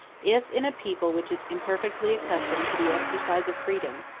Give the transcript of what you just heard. if, in a people which is imperfectly accustomed to the exercise of freedom,